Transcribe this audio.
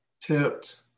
tipped